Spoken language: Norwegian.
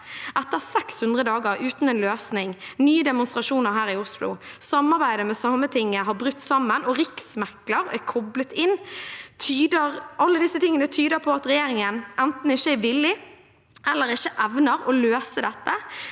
etter 600 dager uten en løsning, nye demonstrasjoner her i Oslo, der samarbeidet med Sametinget har brutt sammen, og Riksmekleren er koblet inn? Alt dette tyder på at regjeringen enten ikke er villig til eller evner å løse dette